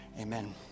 Amen